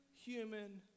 human